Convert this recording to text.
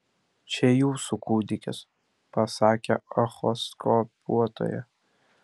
čia jūsų kūdikis pasakė echoskopuotoja